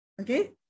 okay